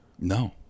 No